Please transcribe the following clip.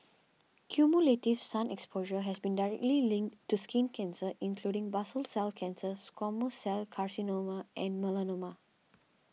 cumulative sun exposure has been directly linked to skin cancer including basal cell cancer squamous cell carcinoma and melanoma